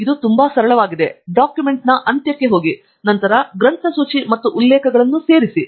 ಇದು ತುಂಬಾ ಸರಳವಾಗಿದೆ ಡಾಕ್ಯುಮೆಂಟ್ನ ಅಂತ್ಯಕ್ಕೆ ಹೋಗಿ ನಂತರ ಗ್ರಂಥಸೂಚಿ ಮತ್ತು ಉಲ್ಲೇಖಗಳನ್ನು ಸೇರಿಸಿ